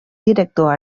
director